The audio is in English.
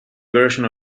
version